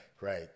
Right